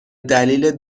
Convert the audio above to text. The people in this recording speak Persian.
دلیل